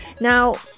Now